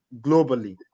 globally